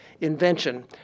invention